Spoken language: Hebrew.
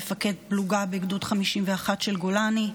מפקד פלוגה בגדוד 51 של גולני,